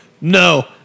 no